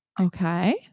Okay